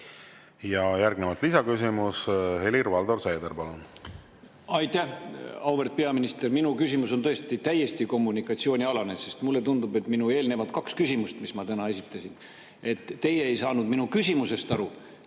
Järgnevalt lisaküsimus. Helir-Valdor Seeder, palun! Aitäh! Auväärt peaminister! Minu küsimus on tõesti täiesti kommunikatsioonialane, sest mulle tundub, et kahe eelneva küsimuse puhul, mis ma täna esitasin, teie ei saanud minu küsimusest aru